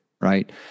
Right